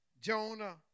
Jonah